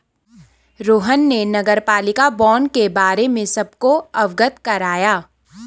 रोहन ने नगरपालिका बॉण्ड के बारे में सबको अवगत कराया